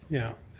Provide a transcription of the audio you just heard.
yeah.